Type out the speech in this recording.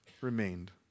remained